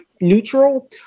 neutral